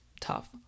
tough